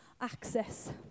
access